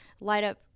light-up